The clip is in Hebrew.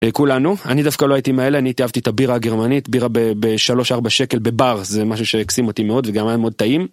כולנו אני דווקא לא הייתי מאלה אני התאהבתי את הבירה הגרמנית בירה ב-3-4 שקל בבר זה משהו שהקסים אותי מאוד וגם היה מאוד טעים.